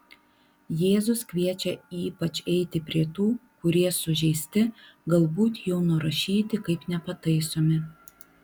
jėzus kviečia ypač eiti prie tų kurie sužeisti galbūt jau nurašyti kaip nepataisomi